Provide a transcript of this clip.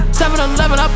7-Eleven